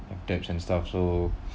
in debts and stuff so